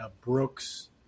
Brooks